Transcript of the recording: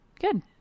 Good